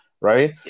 right